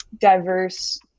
diverse